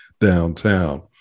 downtown